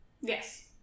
Yes